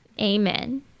Amen